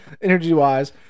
energy-wise